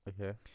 Okay